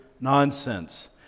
nonsense